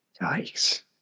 Nice